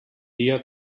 dia